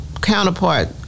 counterpart